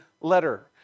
letter